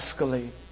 escalate